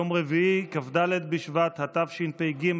יום רביעי כ"ד בשבט התשפ"ג,